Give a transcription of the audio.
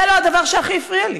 זה לא הדבר שהכי הפריע לי.